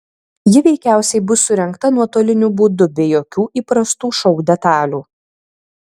ji veikiausiai bus surengta nuotoliniu būdu be jokių įprastų šou detalių